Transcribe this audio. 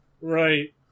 Right